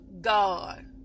God